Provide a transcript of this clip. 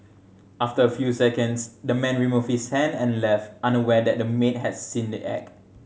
after a few seconds the man removed his hand and left unaware that the maid had seen the act